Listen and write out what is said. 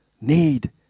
need